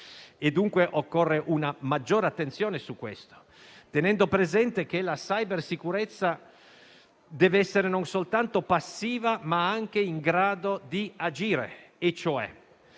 quindi una maggiore attenzione su questo, tenendo presente che la cybersicurezza deve essere non soltanto passiva, ma anche in grado di agire